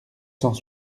cent